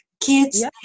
kids